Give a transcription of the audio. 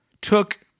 took